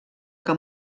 que